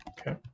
Okay